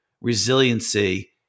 resiliency